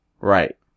Right